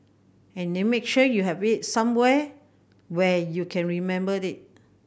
and then make sure you have it somewhere where you can remember it